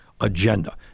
agenda